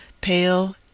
pale